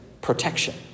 protection